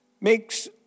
makes